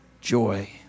joy